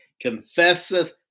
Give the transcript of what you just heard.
confesseth